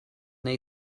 they